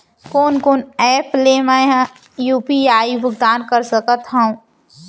कोन कोन एप ले मैं यू.पी.आई भुगतान कर सकत हओं?